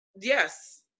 Yes